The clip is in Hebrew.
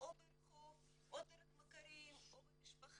או ברחוב או דרך מכרים או במשפחה.